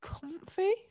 comfy